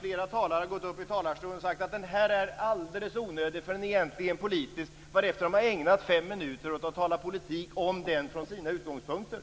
Flera talare har t.o.m. gått upp i talarstolen och sagt att kritiken är onödig eftersom den är politisk, varefter de har ägnat fem minuter åt att tala politik om den från sina utgångspunkter